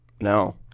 no